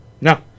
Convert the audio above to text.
No